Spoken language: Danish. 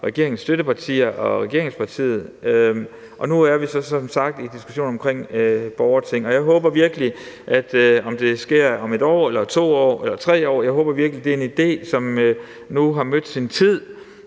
regeringens støttepartier og regeringspartiet, og nu er vi som sagt så i en diskussion om borgerting. Jeg håber virkelig, at det – om det så sker om 1 år eller 2 år eller 3 år – er en idé, som nu har mødt sin tid,